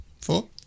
Four